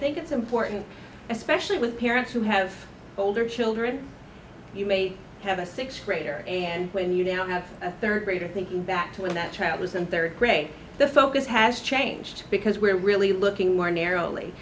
think it's important especially with parents who have older children you may have a sixth grader and when you don't have a third grader thinking back to when that child was in third grade the focus has changed because we're really looking more narrowly